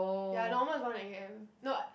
ya normal is one a_m no I